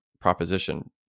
proposition